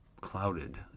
clouded